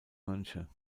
mönche